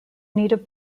native